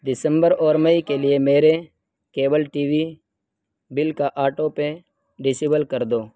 December اور May کے لیے میرے کیبل ٹی وی بل کا آٹو پے ڈسیبل کر دو